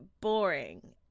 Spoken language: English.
boring